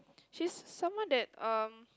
she's someone that um